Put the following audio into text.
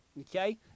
okay